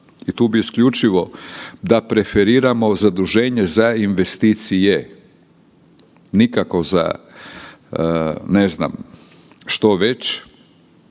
i tu bi isključivo da preferiramo zaduženje za investicije, nikako za ne znam što već.